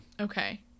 Okay